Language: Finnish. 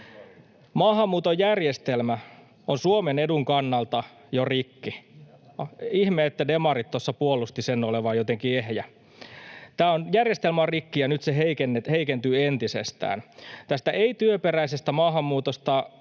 Maahanmuuton järjestelmä on Suomen edun kannalta jo rikki. Ihme, että demarit tuossa puolustivat sen olevan jotenkin ehjä. Tämä järjestelmä on rikki ja nyt se heikentyy entisestään. Tästä ei-työperäisestä maahanmuutosta